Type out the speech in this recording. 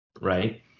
right